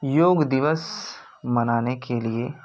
योग दिवस मनाने के लिए